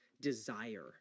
desire